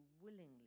willingly